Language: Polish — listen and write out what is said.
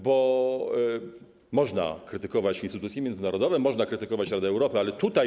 Bo można krytykować instytucje międzynarodowe, można krytykować Radę Europy, ale tutaj.